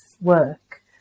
work